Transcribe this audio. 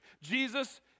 Jesus